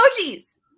emojis